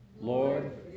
lord